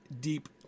deep